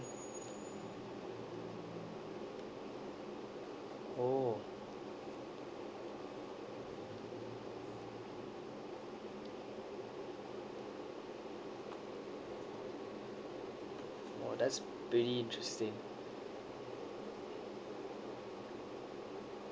oh !wow! that's pretty interesting